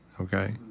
okay